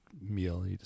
meal